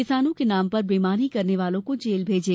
किसानों के नाम पर बेईमानी करने वालों को जेल भेजें